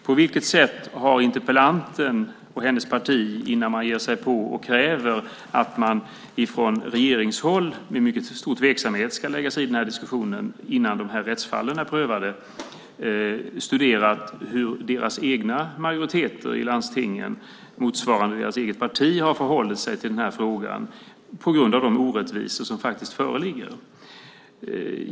På vilket sätt har interpellanten och hennes parti - innan man ger sig på och kräver att man från regeringshåll med mycket stor tveksamhet ska lägga sig i den här diskussionen innan rättsfallen är prövade - studerat hur deras eget parti i majoriteter i landstingen har förhållit sig till den här frågan på grund av de orättvisor som faktiskt föreligger?